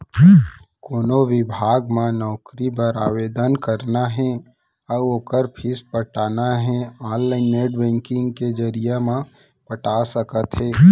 कोनो बिभाग म नउकरी बर आवेदन करना हे अउ ओखर फीस पटाना हे ऑनलाईन नेट बैंकिंग के जरिए म पटा सकत हे